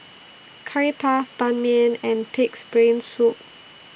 Curry Puff Ban Mian and Pig'S Brain Soup